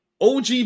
og